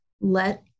let